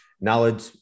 knowledge